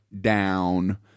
down